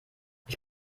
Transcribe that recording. ich